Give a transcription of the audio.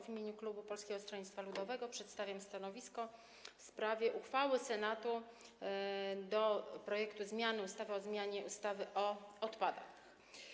W imieniu klubu Polskiego Stronnictwa Ludowego przedstawiam stanowisko w sprawie uchwały Senatu co do ustawy o zmianie ustawy o odpadach.